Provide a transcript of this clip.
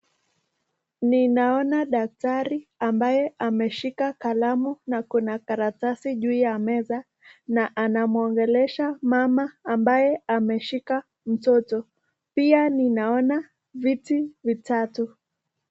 Ninaona daktari ambaye ameshika kalamu na ako na karatasi juu ya meza na anamwongekesha mama ambaye ameshika mtoto, pia ninaona viti vitatu